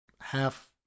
half